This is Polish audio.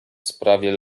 sprawie